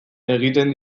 egiten